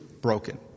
broken